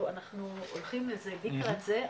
הולכים לקראת הלגליזציה,